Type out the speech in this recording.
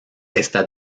está